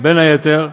בין היתר.